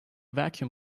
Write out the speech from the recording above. vacuum